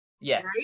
Yes